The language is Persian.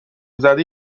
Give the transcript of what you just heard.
زده